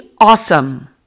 awesome